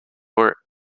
were